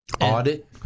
audit